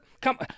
Come